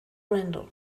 render